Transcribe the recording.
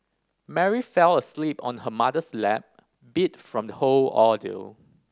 Mary fell asleep on her mother's lap beat from the whole ordeal